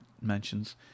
mentions